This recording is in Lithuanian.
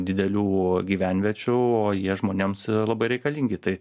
didelių gyvenviečių o jie žmonėms labai reikalingi tai